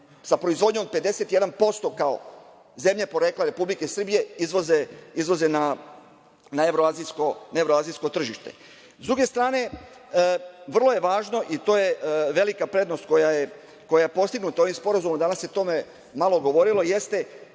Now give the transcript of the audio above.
sa proizvodnjom od 51%, kao zemlja porekla Republike Srbije izvoze na evroazijsko tržište. Sa druge strane, vrlo je važno i to je velika prednost koja je postignuta ovim sporazumom, danas se o tome malo govorilo, jeste